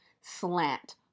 slant